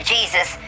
Jesus